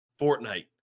Fortnite